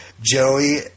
Joey